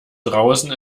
draußen